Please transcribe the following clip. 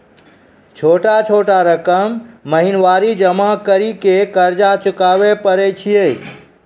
छोटा छोटा रकम महीनवारी जमा करि के कर्जा चुकाबै परए छियै?